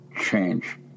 change